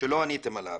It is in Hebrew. שלא עניתם עליו,